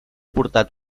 portat